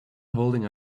holding